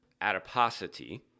adiposity